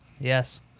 yes